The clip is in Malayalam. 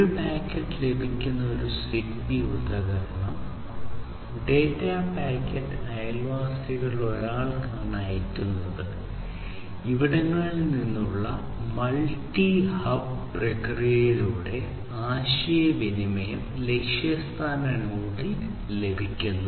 ഒരു പാക്കറ്റ് ലഭിക്കുന്ന ഒരു ZigBee ഉപകരണം ഡാറ്റാ പാക്കറ്റ് അയൽവാസികളിലൊരാൾക്ക് അയയ്ക്കുന്നു ഉറവിടത്തിൽ നിന്നുള്ള മൾട്ടി ഹബ് പ്രക്രിയയിലൂടെ ആശയവിനിമയം ലക്ഷ്യസ്ഥാന നോഡിൽ ലഭിക്കും